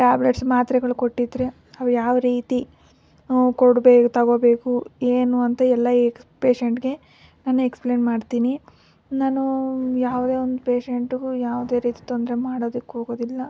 tablets ಮಾತ್ರೆಗಳು ಕೊಟ್ಟಿದ್ದರೆ ಅವು ಯಾವ ರೀತಿ ಕೊಡ್ಬೇ ತೊಗೋಬೇಕು ಏನು ಅಂತ ಎಲ್ಲ ಎಕ್ಸ್ ಪೇಷಂಟ್ಗೆ ನಾನು ಎಕ್ಸ್ಪ್ಲೇನ್ ಮಾಡ್ತೀನಿ ನಾನು ಯಾವ್ದೇ ಒಂದು ಪೇಷಂಟ್ಗೂ ಯಾವ್ದೇ ರೀತಿ ತೊಂದರೆ ಮಾಡೋದಕ್ಕೆ ಹೋಗೋದಿಲ್ಲ